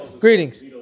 Greetings